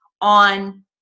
on